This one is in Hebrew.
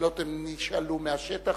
השאלות נשאלו מהשטח,